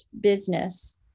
business